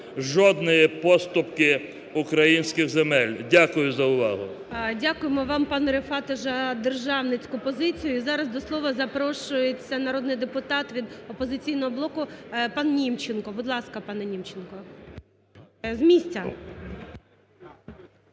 жодної поступки українських земель. Дякую за увагу. ГОЛОВУЮЧИЙ. Дякуємо вам, пане Рефат, за державницьку позицію. І зараз до слова запрошується народний депутат від "Опозиційного блоку" пан Німченко. Будь ласка, пане Німченко, з місця.